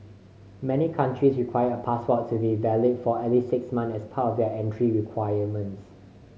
many countries require a passport to be valid for at least six months as part of their entry requirements